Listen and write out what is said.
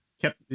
kept